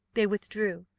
they withdrew.